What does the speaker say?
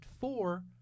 four